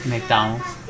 McDonald's